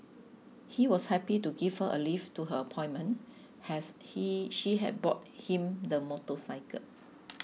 he was happy to give her a lift to her appointment has he she had bought him the motorcycle